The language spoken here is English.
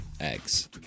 eggs